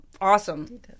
awesome